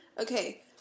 Okay